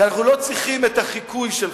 כי אנחנו לא צריכים את החיקוי שלך.